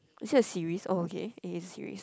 it is a series oh okay it is series